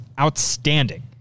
outstanding